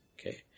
okay